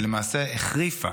ולמעשה החריפה.